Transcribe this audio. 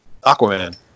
Aquaman